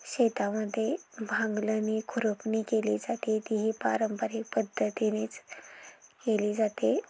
शेतामध्ये भांगलं आणि खुरपणी केली जाते ती ही पारंपरिक पद्धतीनेच केली जाते